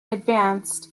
advanced